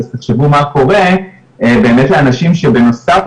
אז תחשבו מה קורה באמת לאנשים שבנוסף